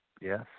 Yes